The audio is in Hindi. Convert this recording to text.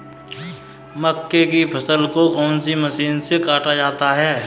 मक्के की फसल को कौन सी मशीन से काटा जाता है?